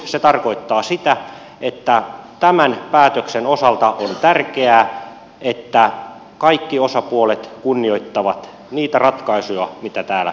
se tarkoittaa sitä että tämän päätöksen osalta on tärkeää että kaikki osapuolet kunnioittavat niitä ratkaisuja joita täällä eduskunnassa tehdään